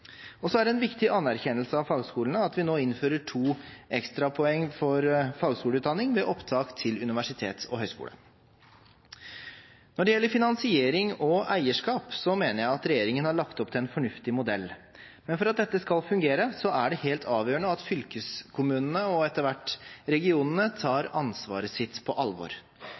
Så er det en viktig anerkjennelse av fagskolene at vi nå innfører to ekstrapoeng for fagskoleutdanning ved opptak til universitet og høyskole. Når det gjelder finansiering og eierskap, mener jeg at regjeringen har lagt opp til en fornuftig modell. Men for at dette skal fungere, er det helt avgjørende at fylkeskommunene, og etter hvert regionene, tar ansvaret sitt på alvor.